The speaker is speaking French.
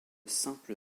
simple